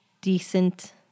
decent